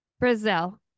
Brazil